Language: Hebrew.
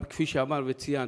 כפי שאמרת וציינת,